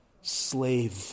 Slave